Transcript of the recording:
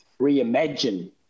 reimagine